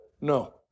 No